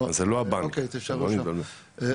לא להתבלבל.